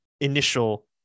initial